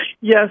Yes